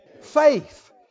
faith